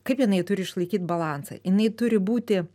kaip jinai turi išlaikyt balansą jinai turi būti